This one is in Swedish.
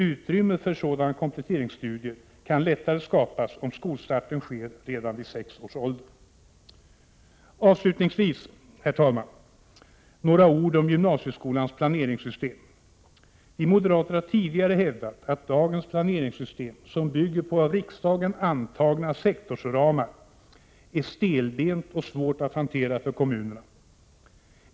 Utrymme för sådana kompletteringsstudier kan lättare skapas om skolstarten sker redan vid sex års ålder. Avslutningsvis, herr talman, några ord om gymnasieskolans planeringssystem. Vi moderater har tidigare hävdat att dagens planeringssystem, som bygger på av riksdagen antagna sektorsramar, är stelbent och svårt att hantera för kommunerna.